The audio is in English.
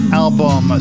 album